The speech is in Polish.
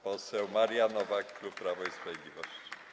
Poseł Maria Nowak, klub Prawo i Sprawiedliwość.